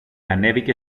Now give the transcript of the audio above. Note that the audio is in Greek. ανέβηκε